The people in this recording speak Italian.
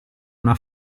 una